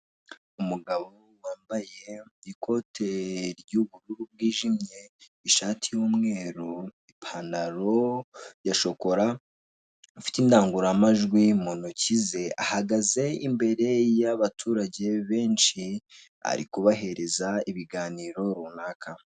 Umugabo wambaye ikote ry'ubururu bwijimye, ishati y'umweru, ipantaro ya shokora, ufite indangururamajwi mu ntoki ze, ahagaze imbere y'abaturage benshi ari kubahereza ibiganiro runaka.